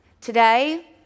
Today